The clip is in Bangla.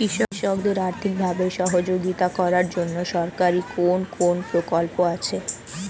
কৃষকদের আর্থিকভাবে সহযোগিতা করার জন্য সরকারি কোন কোন প্রকল্প আছে?